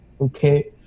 okay